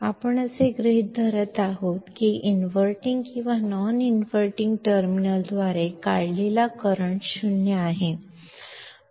ನಾವು ನಿರ್ವಹಿಸುತ್ತಿರುವುದು ಟರ್ಮಿನಲ್ ಗಳನ್ನು ಇನ್ವರ್ಟಿಂಗ್ ಅಥವಾ ನಾನ್ ಇನ್ವರ್ಟಿಂಗ್ ಮೂಲಕ ಆಕರ್ಷಿಸುವ ಕರೆಂಟ್ 0 ಆಗಿದೆ